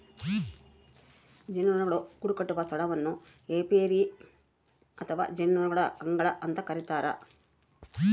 ಜೇನುನೊಣಗಳು ಗೂಡುಕಟ್ಟುವ ಸ್ಥಳವನ್ನು ಏಪಿಯರಿ ಅಥವಾ ಜೇನುನೊಣಗಳ ಅಂಗಳ ಅಂತ ಕರಿತಾರ